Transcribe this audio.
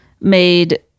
made